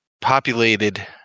populated